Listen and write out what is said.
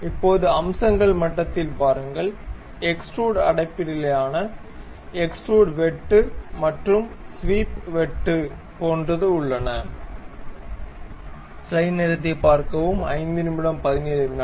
இப்போது அம்சங்கள் மட்டத்தில் பாருங்கள் எக்ஸ்டுரூட் அடிப்படையிலான எக்ஸ்டுரூட் வெட்டு மற்றும் சுவீப் வெட்டு போன்றது உள்ளன